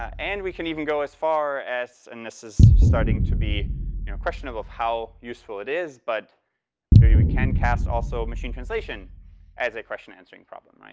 ah and we can even go as far as and this is starting to be you know question of of how useful it is but where we we can cast also machine translation as a question answering problem, right?